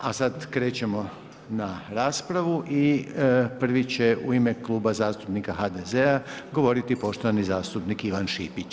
A sad krećemo na raspravu i prvi će u ime Kluba zastupnika HDZ-a govoriti poštovani zastupnik Ivan Šipić.